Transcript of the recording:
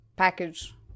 package